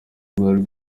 rwari